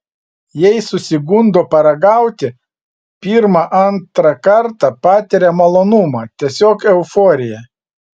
jei susigundo paragauti pirmą antrą kartą patiria malonumą tiesiog euforiją